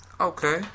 Okay